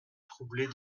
troublée